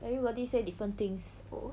everybody say different things